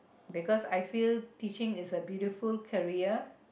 because I feel teaching is a beautiful career